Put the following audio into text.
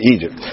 Egypt